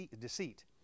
deceit